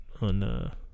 on